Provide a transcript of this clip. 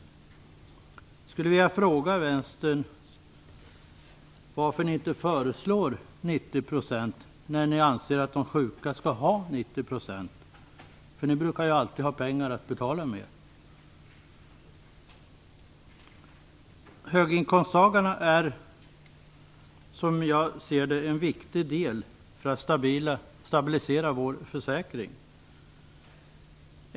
Jag skulle vilja fråga Vänstern varför ni inte föreslår 90 % när ni anser att de sjuka skall ha 90 %. Ni brukar ju alltid ha pengar att betala med. Höginkomsttagarna är som jag ser det en viktig del för att stabilisera vår försäkring.